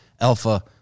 alpha